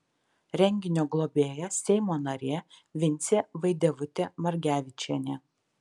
renginio globėja seimo narė vincė vaidevutė margevičienė